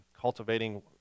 cultivating